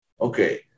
Okay